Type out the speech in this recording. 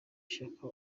shyaka